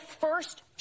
first